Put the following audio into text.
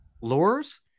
lures